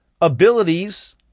abilities